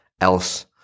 else